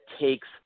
takes